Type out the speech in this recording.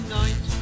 night